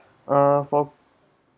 uh for